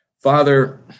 Father